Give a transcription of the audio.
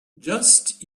just